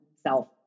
self